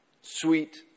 sweet